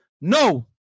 No